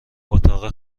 اتاق